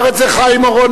אמר את זה קודם חיים אורון.